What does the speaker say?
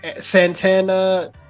Santana